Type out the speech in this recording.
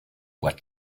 what